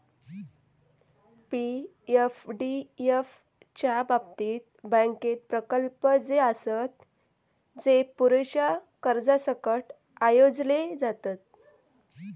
पी.एफडीएफ च्या बाबतीत, बँकेत प्रकल्प जे आसत, जे पुरेशा कर्जासकट आयोजले जातत